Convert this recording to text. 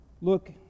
Look